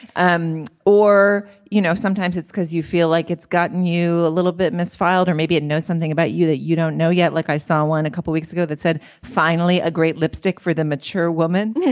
um or you know sometimes it's because you feel like it's gotten you a little bit misfiled or maybe it knows something about you that you don't know yet. like i saw one a couple weeks ago that said finally a great lipstick for the mature woman yeah